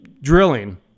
drilling